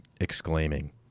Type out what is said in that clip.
exclaiming